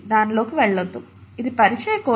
దాని లోకి వెళ్లొద్దు ఇది పరిచయ కోర్సు